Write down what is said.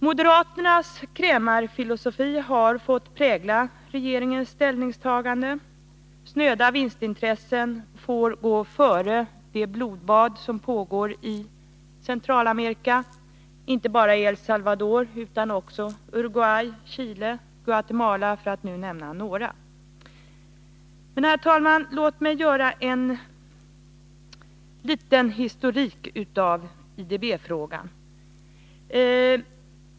Moderaternas krämarfilosofi har fått prägla regeringens ställningstagande: snöda vinstintressen får gå före ett avståndstagande till det blodbad som pågår i Latinamerika — inte bara i El Salvador, utan också i Uruguay, Chile och Guatemala, för att nu bara nämna några länder. Men, herr talman, låt mig ge en liten historik av IDB-frågan.